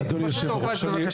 משה טור פז, בבקשה.